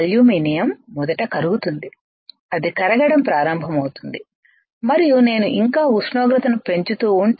aluminium మొదట కరుగుతుంది అది కరగడం ప్రారంభమవుతుంది మరియు నేను ఇంకా ఉష్ణోగ్రతను పెంచుతూ ఉంటే